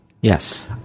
Yes